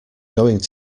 going